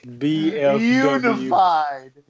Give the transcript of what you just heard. unified